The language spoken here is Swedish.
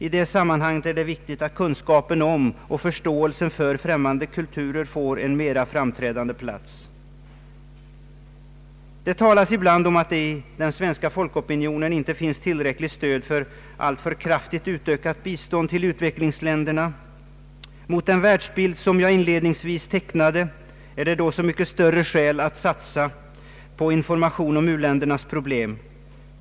I det sammanhanget är det viktigt att kunskapen om och förståelsen för främmande kulturer får en mer framträdande plats. Det talas ibland om att det i den svenska folkopinionen inte finns tillräckligt stöd för alltför kraftigt utökat bistånd till utvecklingsländerna. Mot bakgrund av den världsbild jag inledningsvis tecknade är det då så mycket större skäl att satsa på information om u-ländernas problem.